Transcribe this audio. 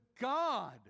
God